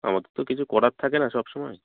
আমাদের তো কিছু করার থাকে না সবসময়